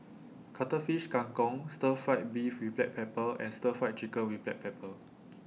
Cuttlefish Kang Kong Stir Fry Beef with Black Pepper and Stir Fried Chicken with Black Pepper